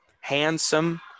handsome